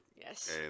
Yes